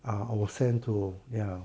ah I was sent to ya